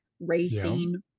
racing